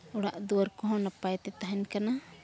ᱚᱲᱟᱜ ᱫᱩᱣᱟᱹᱨ ᱠᱚᱦᱚᱸ ᱱᱟᱯᱟᱭᱛᱮ ᱛᱟᱦᱮᱱ ᱠᱟᱱᱟ